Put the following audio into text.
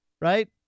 right